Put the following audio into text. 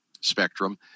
spectrum